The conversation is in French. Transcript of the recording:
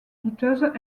douteuse